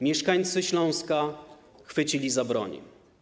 Mieszkańcy Śląska chwycili za broń.